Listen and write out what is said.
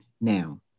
now